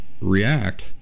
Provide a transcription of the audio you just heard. react